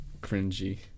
cringy